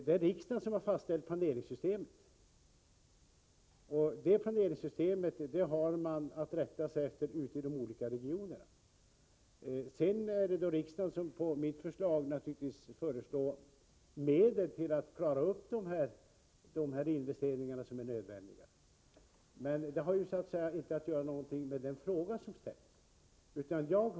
Det är riksdagen som har fastställt planeringssystemet, och det har man att rätta sig efter ute i regionerna. Sedan anvisar riksdagen — naturligtvis efter mitt förslag — medel för att de investeringar som är nödvändiga skall kunna göras. Det har ingenting att göra med den fråga som har ställts.